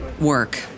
work